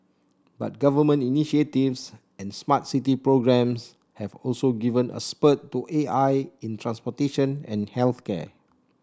but government initiatives and smart city programs have also given a spurt to A I in transportation and health care